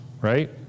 Right